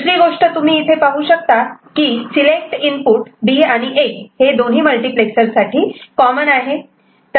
दुसरी गोष्ट तुम्ही इथे पाहू शकतात की सिलेक्ट इनपुट B आणि A हे दोन्ही मल्टिप्लेक्सर साठी कॉमन आहे